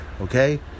okay